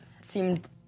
seemed